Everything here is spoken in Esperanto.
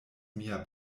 mia